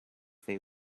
they